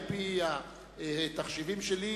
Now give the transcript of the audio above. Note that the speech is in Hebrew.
על-פי התחשיבים שלי,